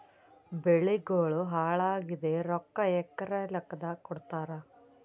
ಬೆಳಿಗೋಳ ಹಾಳಾಗಿದ ರೊಕ್ಕಾ ಎಕರ ಲೆಕ್ಕಾದಾಗ ಕೊಡುತ್ತಾರ?